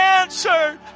answered